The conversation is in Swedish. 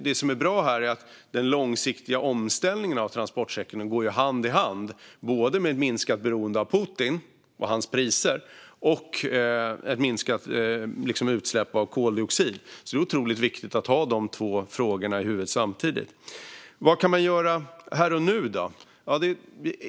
Det som är bra här är att den långsiktiga omställningen av transportsektorn går hand i hand både med minskat beroende av Putin och hans priser och med ett minskat utsläpp av koldioxid. Det är otroligt viktigt att ha dessa två frågor i huvudet samtidigt. Vad kan man då göra här och nu?